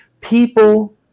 people